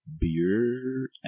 beer